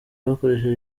bakoresha